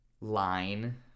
Line